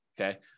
okay